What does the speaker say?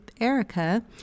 Erica